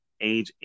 age